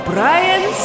Brian